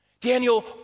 Daniel